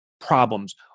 problems